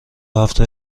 هفته